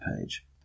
page